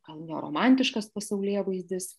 gal ne romantiškas pasaulėvaizdis